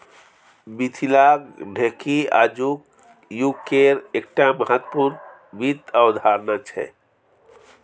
मिथिलाक ढेकी आजुक युगकेर एकटा महत्वपूर्ण वित्त अवधारणा छै